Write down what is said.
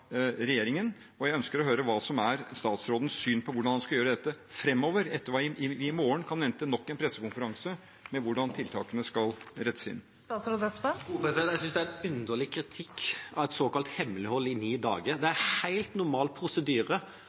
regjeringen. Jeg ønsker å høre hva som er statsrådens syn på hvordan han skal gjøre dette framover – i morgen kan vi vente nok en pressekonferanse om hvordan tiltakene skal rettes inn. Jeg synes det er en underlig kritikk av et såkalt hemmelighold i ni dager. Det er helt normal prosedyre